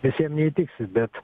visiem neįtiksi bet